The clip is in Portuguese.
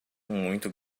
muito